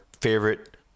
favorite